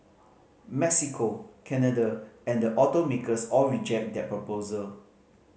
Mexico Canada and the automakers all reject that proposal